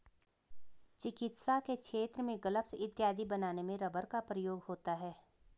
चिकित्सा के क्षेत्र में ग्लब्स इत्यादि बनाने में रबर का प्रयोग होता है